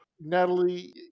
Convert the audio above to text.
Natalie